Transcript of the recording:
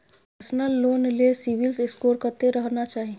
Personal loan ले CIBIL score कत्ते रहना चाही?